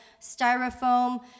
styrofoam